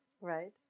Right